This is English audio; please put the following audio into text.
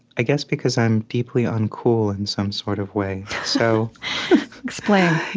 i guess, because i'm deeply uncool in some sort of way. so explain